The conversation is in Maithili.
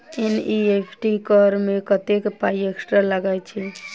एन.ई.एफ.टी करऽ मे कत्तेक पाई एक्स्ट्रा लागई छई?